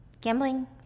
Gambling